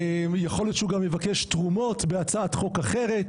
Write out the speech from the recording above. יכול להיות שהוא גם יבקש תרומות בהצעת חוק אחרת,